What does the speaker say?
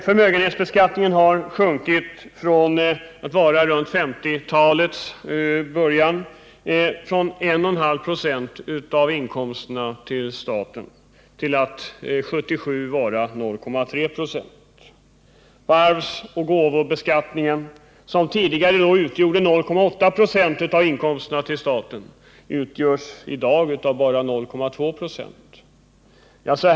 Förmögenhetsbeskattningen har minskat från 1,5 26 av inkomsterna till staten i början av 1950-talet till 0,3 96 år 1977. Arvsoch gåvobeskattningen, som tidigare utgjorde 0,8 96 av inkomsterna till staten, utgörs i dag av bara 0,2 96.